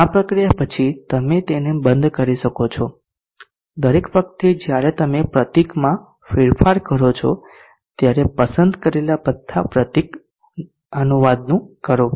આ પ્રક્રિયા પછી તમે તેને બંધ કરી શકો છો દરેક વખતે જ્યારે તમે પ્રતીક માં ફેરફાર કરો છો ત્યારે પસંદ કરેલા બધા પ્રતીક અનુવાદનું કરો